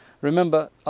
Remember